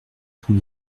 tous